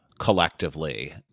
collectively